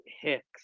hicks